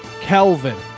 Kelvin